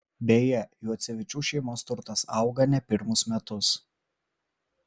beje juocevičių šeimos turtas auga ne pirmus metus